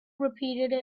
repeated